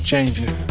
changes